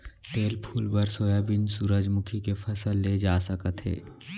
तेल फूल बर सोयाबीन, सूरजमूखी के फसल ले जा सकत हे